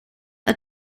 are